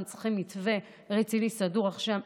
אנחנו צריכים מתווה רציני סדור עכשיו,